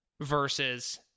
versus